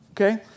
Okay